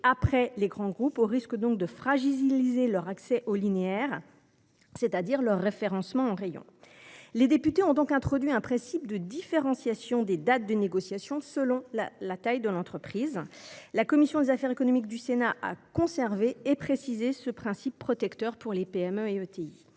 après les grands groupes, au risque de fragiliser leur accès au linéaire, c’est à dire à leur référencement en rayon. Aussi, les députés ont introduit un principe de différenciation des dates de négociation selon la taille des entreprises. La commission des affaires économiques du Sénat a conservé et précisé ce principe protecteur pour les PME et les